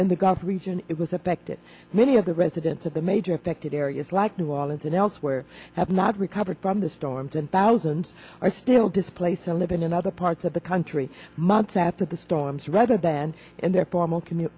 in the gulf region it was affected many of the residents of the major affected areas like new orleans and elsewhere have not recovered from the storms and thousands are still displaced or living in other parts of the country months after the storms rather than in their formal c